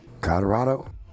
Colorado